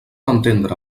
entendre